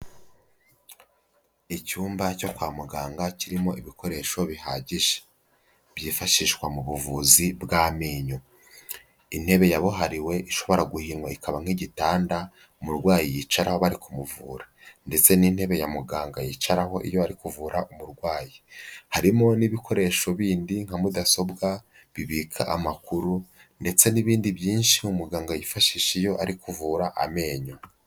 Icyumba cyo kwa muganga kirimo ibikoresho bihagije, byifashishwa mu buvuzi bw'amenyo, intebe yabuhariwe ishobora guhinwa ikaba nk'igitanda umurwayi yicaraho bari kumuvura ndetse n'intebe ya muganga yicaraho iyo ari kuvura umurwayi, harimo n'ibikoresho bindi nka mudasobwa bibika amakuru ndetse n'ibindi byinshi umuganga yifashisha iyo ari kuvura amenyo.